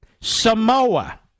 Samoa